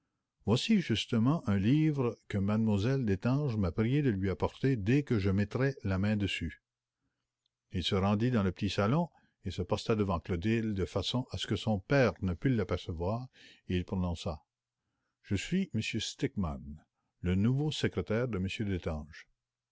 voici justement un livre que m lle destange m'a prié de lui remettre dès que je le trouverais il se rendit dans le petit salon et dit à clotilde je suis m stickmann le nouveau secrétaire de m destange